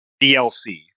DLC